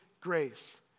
grace